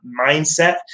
mindset